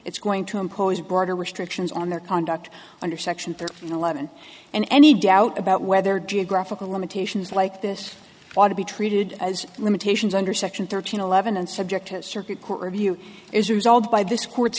it's going to impose border restrictions on their conduct under section thirty eleven and any doubt about whether geographical limitations like this ought to be treated as limitations under section thirteen eleven and subject to circuit court review is resolved by this court